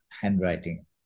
handwriting